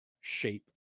shape